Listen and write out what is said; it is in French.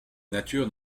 nature